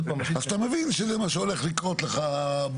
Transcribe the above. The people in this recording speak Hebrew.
--- אז אתה מבין שזה מה שהולך לקרות לך.